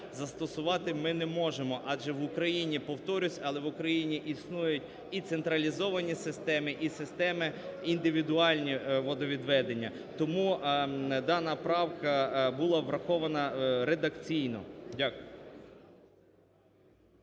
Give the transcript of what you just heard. застосувати ми не можемо. Повторюсь, але в Україні існують і централізовані системи, і системи індивідуальні водовідведення. Тому дана правка була врахована редакційно. Дякую.